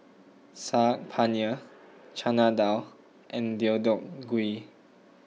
Saag Paneer Chana Dal and Deodeok Gui